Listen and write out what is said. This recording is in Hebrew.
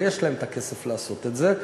אבל יש להן את הכסף לעשות את זה.